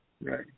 Right